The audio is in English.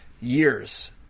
years